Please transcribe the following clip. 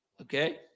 Okay